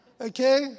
Okay